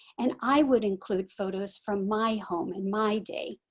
and i would include photos from my home and my day.